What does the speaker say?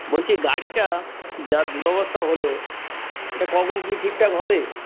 বলছি গাড়িটা যা দুরবস্থা হলো এটা কখন কী ঠিকঠাক হবে